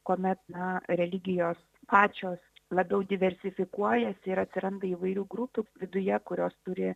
kuomet na religijos pačios labiau diversifikuojasi ir atsiranda įvairių grupių viduje kurios turi